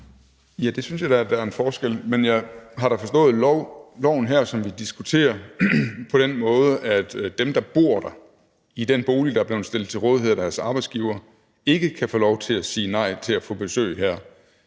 Ja, det synes jeg da at der er forskel på. Men jeg har da forstået lovforslaget her, som vi diskuterer, på den måde, at dem, der bor i den bolig, der er blevet stillet til rådighed af deres arbejdsgiver, ikke kan få lov til at sige nej til at få at få besøg her.